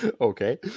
Okay